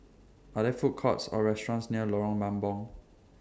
Are There Food Courts Or restaurants near Lorong Mambong